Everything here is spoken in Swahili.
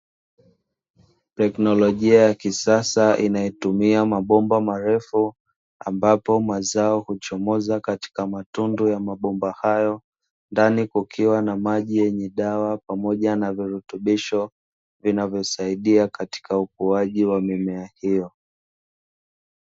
Teknolojia ya kisasa ambayo hutumia mabomba marefu ambapo mimea huchomoza katika mabomba marefu katika matundu ya mabomba hayo, ndani kukiwa na maji yenye virutubisho yanayosaidia kukua kwa mimea hiyo.